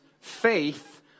faith